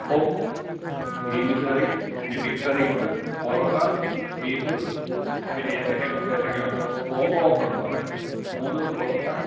അപ്പവും green peas കറി പിന്നെ ബീഫ് കറി ഉണ്ട് പൊറോട്ട ബീഫ് പിന്നെ എത്തക്കയും ഏത്തക്കയും ഉണ്ട് പിന്നെ കോംബോ ഓഫറുണ്ട് സാറേ മൂന്ന് പൊറോട്ട